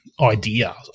idea